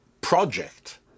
project